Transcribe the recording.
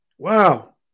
Wow